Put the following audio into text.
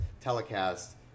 telecast